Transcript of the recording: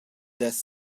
death